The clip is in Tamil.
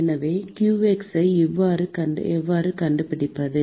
எனவே qx ஐ எவ்வாறு கண்டுபிடிப்பது